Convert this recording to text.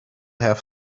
have